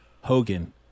Hogan